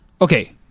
Okay